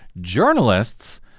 journalists